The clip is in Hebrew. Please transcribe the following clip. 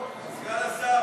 מס הכנסה,